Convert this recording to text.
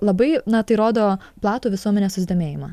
labai na tai rodo platų visuomenės susidomėjimą